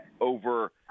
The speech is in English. over